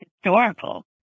historical